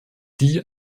die